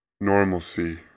Normalcy